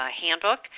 handbook